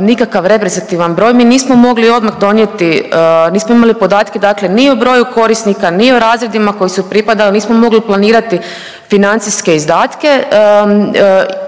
nikakav reprezentativan broj mi nismo mogli odmah donijeli, nismo imali podatke dakle ni o broju korisnika, ni o razredima koji su pripadali, nismo mogli planirati financijske izdatke